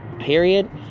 period